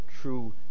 true